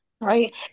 right